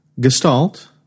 Gestalt